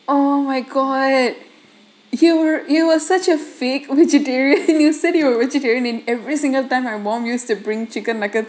oh my god you were you were such a fake which you didn't you said you were a vegetarian and every single time my mom used to bring chicken nugget